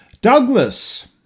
Douglas